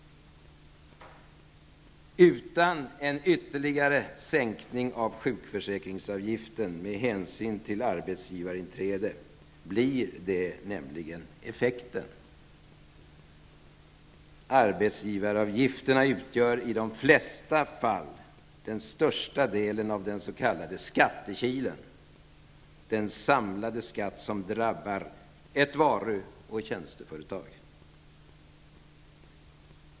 Utan en ytterligare sänkning av sjukförsäkringsavgiften med hänsyn till arbetsgivarinträdet blir det nämligen effekten. Arbetsgivaravgifterna utgör i de flesta fall den största delen av den s.k. skattekilen, den samlade skatt som drabbar ett varu och tjänsteföretag.